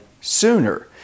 sooner